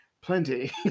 Plenty